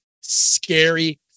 scary